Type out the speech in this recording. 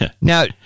Now